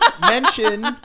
mention